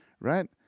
right